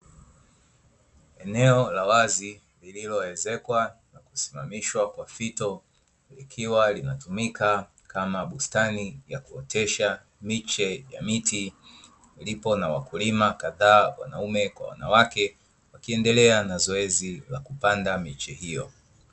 Eneo la wazi lililoezekwa na kusimamishwa kwa fito, likiwa linatumika kama bustani ya kuotesha miche ya miti lipo na wakulima kadhaa wanaume kwa wanawake, wakiendelea na zoezi la kupanda miche hiyo.